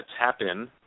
tap-in